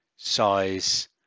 size